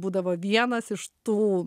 būdavo vienas iš tų